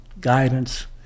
guidance